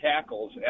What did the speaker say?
tackles